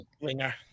winger